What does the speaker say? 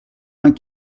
vingt